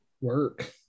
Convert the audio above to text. work